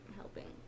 helping